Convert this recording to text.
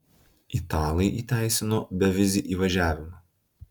italai įteisino bevizį įvažiavimą